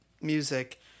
music